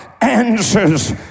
answers